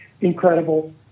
incredible